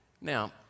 Now